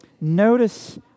notice